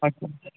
okay